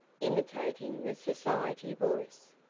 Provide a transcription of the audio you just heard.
imitating the society voice.